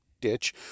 ditch